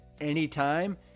anytime